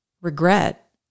regret